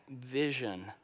vision